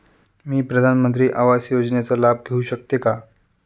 मी प्रधानमंत्री आवास योजनेचा लाभ घेऊ शकते का?